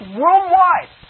worldwide